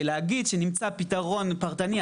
ולהגיד שנמצא פתרון פרטני,